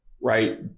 right